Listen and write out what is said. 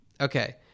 Okay